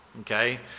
okay